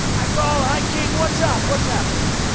i call hi, king. what's up? what's happening?